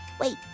Wait